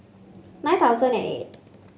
nine thousand and eight